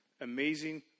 amazing